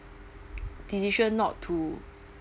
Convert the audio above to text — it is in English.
decision not to